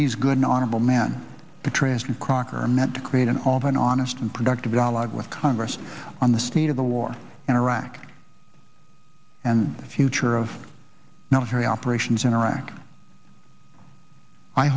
these good an honorable man petraeus and crocker met to create an all of an honest and productive dialogue with congress on the state of the war in iraq and the future of military operations in iraq i